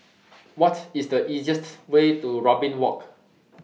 What IS The easiest Way to Robin Walk